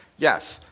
yes,